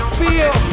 feel